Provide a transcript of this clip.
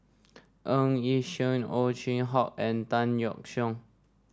Ng Yi Sheng Ow Chin Hock and Tan Yeok Seong